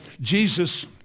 Jesus